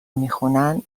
میخونن